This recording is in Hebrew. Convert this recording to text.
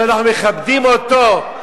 אנחנו מכבדים אותו,